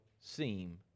seem